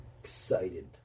excited